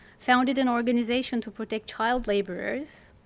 founded an organization to protect child laborers.